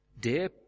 Dear